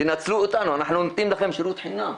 תנצלו אותנו אנחנו נותנים לכם שירות חינם.